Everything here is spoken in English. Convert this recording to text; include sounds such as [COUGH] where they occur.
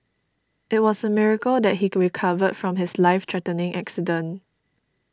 it was a miracle that he [UNINTELLIGIBLE] recovered from his life threatening accident